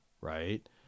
right